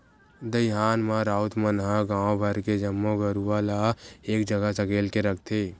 दईहान म राउत मन ह गांव भर के जम्मो गरूवा ल एक जगह सकेल के रखथे